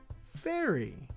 fairy